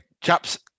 chaps